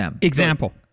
example